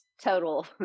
total